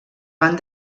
van